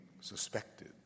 suspected